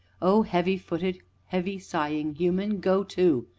oh, heavy-footed, heavy-sighing human go to!